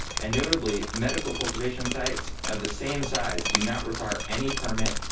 and notably medical cultivation sites of the same size do not require any permit,